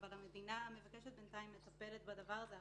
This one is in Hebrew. אבל המדינה מבקשת לטפל בדבר הזה.